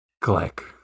Click